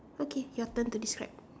okay your turn to describe